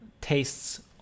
tastes